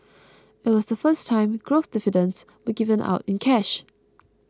it was the first time growth dividends were given out in cash